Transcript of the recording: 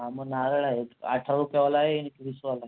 हां मग नारळ आहेत अठरा रुपयेवाला आहे आणि एक वीसवाला आहे